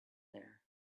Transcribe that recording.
there